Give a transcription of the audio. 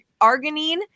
arginine